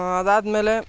ಅದಾದಮೇಲೆ